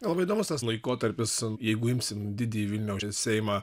labai įdomus tas laikotarpis jeigu imsim didįjį vilniaus seimą